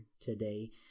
today